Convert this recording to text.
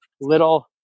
little